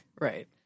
Right